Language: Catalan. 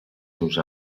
seus